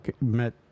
met